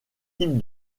types